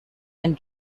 and